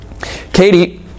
Katie